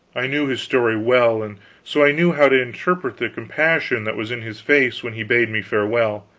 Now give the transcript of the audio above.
i knew his story well, and so i knew how to interpret the compassion that was in his face when he bade me farewell.